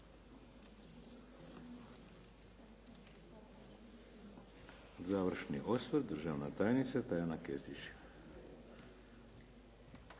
Završni osvrt državna tajnica Tajana Kestić